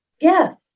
Yes